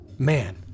Man